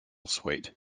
suite